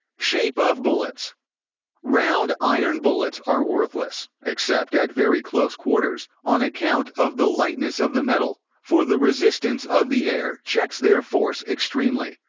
shape of bullets round iron bullets are worthless, except at very close quarters, on account of the lightness of the metal for the resistance of the air checks their force extremely.